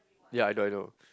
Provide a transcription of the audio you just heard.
ya I know I know